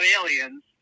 aliens